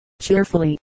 cheerfully